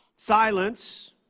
Silence